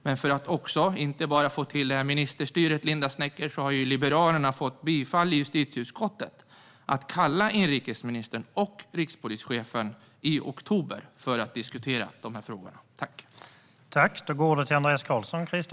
Men apropå att Linda Snecker anmärkte på frågan om ministerstyre har Liberalernas förslag att kalla inrikesministern och rikspolischefen till justitieutskottet i oktober för att diskutera frågorna fått bifall i utskottet.